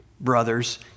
brothers